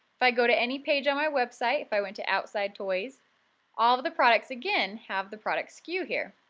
if i go to any page on my website if i went to outside toys all of the products, again, have the product sku here.